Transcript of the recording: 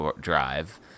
drive